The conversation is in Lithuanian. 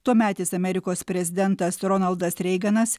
tuometis amerikos prezidentas ronaldas reiganas